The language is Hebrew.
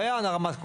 ויען הרמת קול.